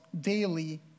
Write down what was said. daily